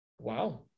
Wow